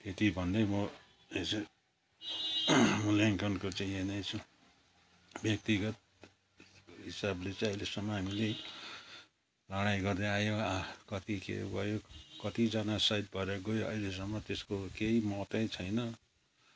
यति भनिदिएँ म मूल्याङ्कनको चाहिँ यहाँ नै व्यक्तिगत हिसाबले चाहिँ अहिलेसम्म हामीले लडाइँ गर्दै आयौँ कति के भयो कतिजना सहिद भएर गयो अहिलेसम्म त्यसको केही महत्त्वै छैन